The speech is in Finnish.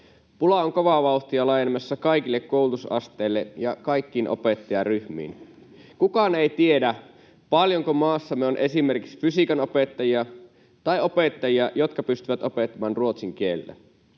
Pula on kovaa vauhtia laajenemassa kaikille koulutusasteille ja kaikkiin opettajaryhmiin. Kukaan ei tiedä, paljonko maassamme on esimerkiksi fysiikanopettajia tai opettajia, jotka pystyvät opettamaan ruotsin kielellä.